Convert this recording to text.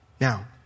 Now